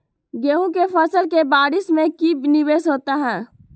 गेंहू के फ़सल के बारिस में की निवेस होता है?